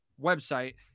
website